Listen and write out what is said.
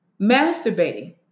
masturbating